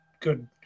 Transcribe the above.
good